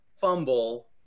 fumble